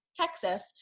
Texas